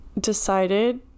decided